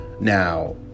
Now